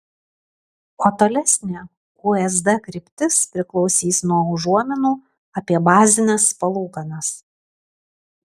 o tolesnė usd kryptis priklausys nuo užuominų apie bazines palūkanas